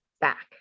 back